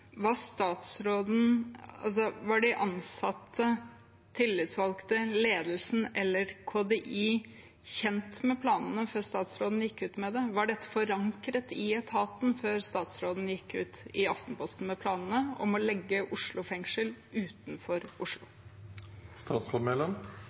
var de ansatte, de tillitsvalgte, ledelsen eller KDI kjent med planene før statsråden gikk ut med dem? Var dette forankret i etaten før statsråden gikk ut i Aftenposten med planene om å legge Oslo fengsel utenfor